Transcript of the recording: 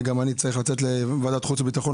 וגם אני צריך לצאת לוועדת החוץ והביטחון.